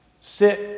Sit